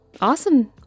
awesome